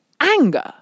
anger